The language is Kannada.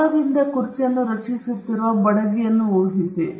ಮರದಿಂದ ಕುರ್ಚಿಯನ್ನು ರಚಿಸುತ್ತಿರುವ ಬಡಗಿ ಊಹಿಸಿ